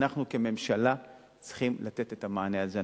אנחנו כממשלה צריכים לתת את המענה הזה.